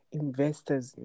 investors